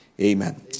amen